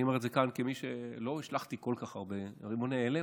אני אומר את זה כאן כמי שלא השליך כל כך הרבה רימוני הלם.